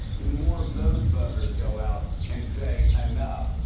do more of those voters go out and say, enough,